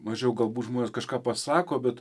mažiau galbūt žmonės kažką pasako bet